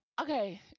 Okay